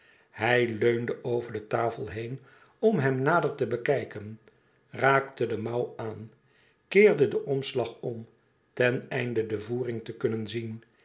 hij leunde over de tafel heen om hem nader te bekijken raakte de mouw aan keerde den omslag om ten einde de voering te kunnen zien